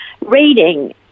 reading